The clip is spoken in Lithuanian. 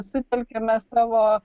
sutelkiame savo